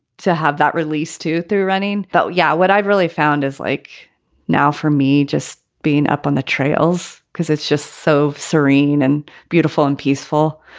to have that release too through running though. yeah. what i've really found is like now for me just being up on the trails because it's just so serene and beautiful and peaceful,